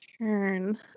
turn